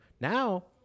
now